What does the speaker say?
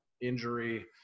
injury